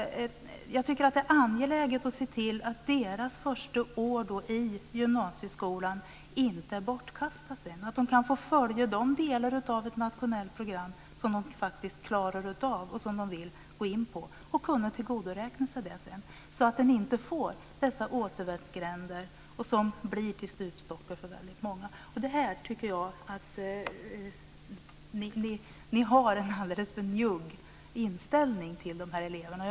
Jag tycker att det är angeläget att se till att deras första år i gymnasieskolan inte är bortkastat sedan, utan att de kan få följa de delar av ett nationellt program som de faktiskt klarar av och vill gå in på, och kunna tillgodoräkna sig det sedan, så att man inte får dessa återvändsgränder som blir till stupstockar för väldigt många. Och det är här jag tycker att ni har en alldeles för njugg inställning till de här eleverna.